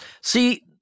See